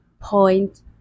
point